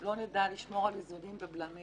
לא נדע לשמור על איזונים ובלמים